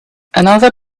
another